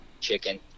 chicken